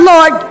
Lord